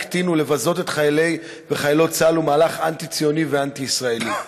להקטין ולבזות את חיילי וחיילות צה"ל הוא מהלך אנטי-ציוני ואנטי-ישראלי.